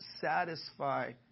satisfy